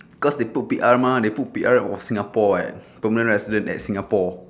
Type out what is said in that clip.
cause they put P_R mah they put P_R of singapore eh permanent resident at singapore